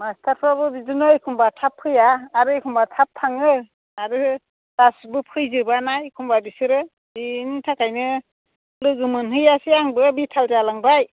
मास्टारफ्राबो बिदिनो एखम्बा थाब फैया आरो एखम्बा थाब थाङो आरो गासिबो फैजोबाना एखम्बा बिसोरो बेनि थाखाइनो लोगो मोनहैयासै आंबो बेथाल जालांबाय